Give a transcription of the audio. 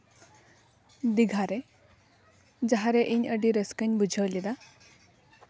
ᱫᱤᱜᱷᱟᱨᱮ ᱡᱟᱦᱟᱸᱨᱮ ᱤᱧ ᱟᱹᱰᱤ ᱨᱟᱹᱥᱠᱟᱹᱧ ᱵᱩᱡᱷᱟᱹᱣ ᱞᱮᱫᱟ